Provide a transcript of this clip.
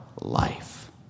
life